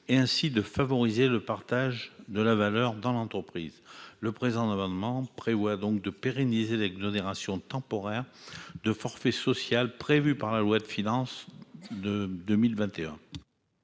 et ainsi de favoriser le partage de la valeur dans l'entreprise. Le présent amendement vise dès lors à pérenniser l'exonération temporaire de forfait social prévue par la loi de finances pour 2021.